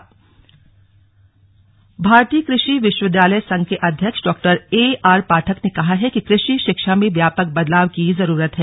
slug कार्यशाला पंतनगर भारतीय कृषि विश्वविद्यालय संघ के अध्यक्ष डॉ एआर पाठक ने कहा है कि कृषि शिक्षा में व्यापक बदलाव की जरूरत है